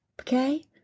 Okay